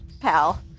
pal